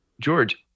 George